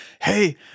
hey